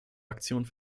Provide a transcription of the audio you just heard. aktionen